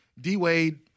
D-Wade